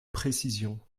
précision